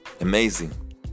Amazing